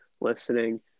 listening